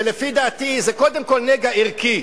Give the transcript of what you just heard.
ולפי דעתי זה קודם כול נגע ערכי.